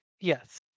Yes